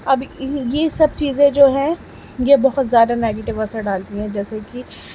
اب یہ سب چیزیں جو ہے یہ بہت زیادہ نگیٹو اثر ڈالتی ہیں جیسے